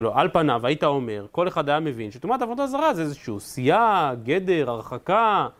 לא, על פניו היית אומר, כל אחד היה מבין שאת אומרת עבודה זרה זה איזושהי סייג, גדר, הרחקה